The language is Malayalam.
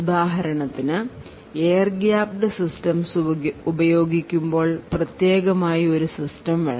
ഉദാഹരണത്തിന് എയർ ഗ്യാപ്പ്ഡ് സിസ്റ്റംസ് പ്രയോഗിക്കുമ്പോൾ പ്രത്യേകമായി ഒരു സിസ്റ്റം വേണം